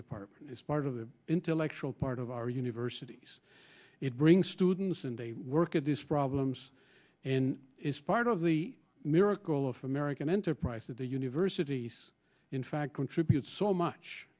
department it's part of the intellectual part of our universities it brings students and they work at this problems and is part of the miracle of american enterprise that the universities in fact contribute so much